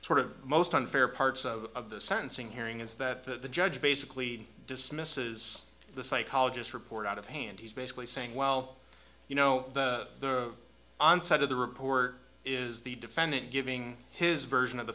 sort of most unfair parts of the sentencing hearing is that the judge basically dismisses the psychologist report out of hand he's basically saying well you know the onset of the report is the defendant giving his version of the